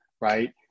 right